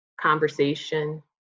conversation